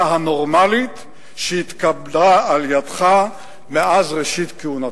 הנורמלית שהתקבלה על-ידך מאז ראשית כהונתך.